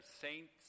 saints